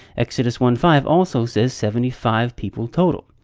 exodus one five also says, seventy five people total.